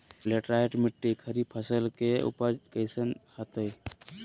Laterite मिट्टी खरीफ फसल के उपज कईसन हतय?